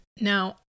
Now